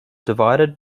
divided